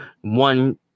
one